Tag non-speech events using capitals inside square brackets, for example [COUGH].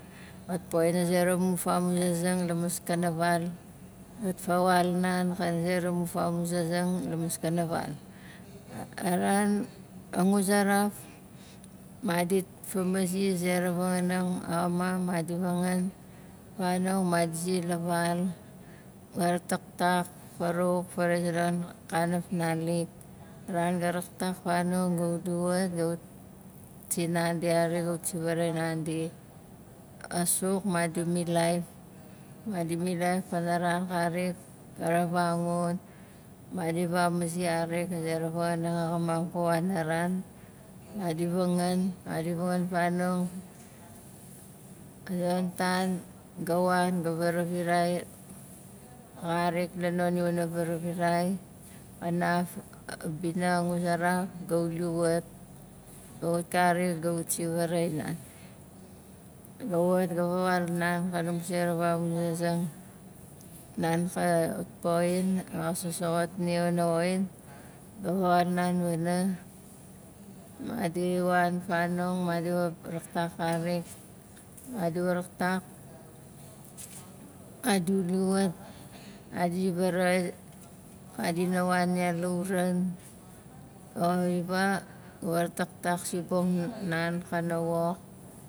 Xat poxin a zera mu famuzazang la maskana val gat fawaul nan pana zera mu famuzazang la maskana val [HESITATION] a ran a nguzaraf madit famazi a zera vanganang axamam madi vangan fanong madi zi la val gat rataktak farawauk faraxai zonon kana fufnalik a ran gai ratak fanong ga uli wat ga wat sinandi xarik ga wat zi varaxaain nandi a suk madi milaif madi milaif panaran karik, a ravangun, madi vamazi xarik wana zera vanganang axamam ku wanaran, madi vangan, madi vangan fanong a zonon tan ga wan ga varavirai xarik la non iwana varavirai xanaf a bina xa nguzaraf ga uli wat wat karik ga wat si faraxain nan ga wat ga vawaul nan kana mu zera famuzazang nan ka poxin ma xa sasoxot nia wana woxin ga vawaul nan pana madi wan fanong, madi wa raktak karik. madi wa raktak madi uli wat, madi zi varaxaai [HESITATION] madi na wan ya lauran o ifa wa taktak sibong na- an kana wok